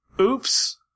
oops